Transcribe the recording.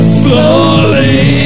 slowly